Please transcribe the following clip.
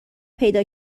پیدا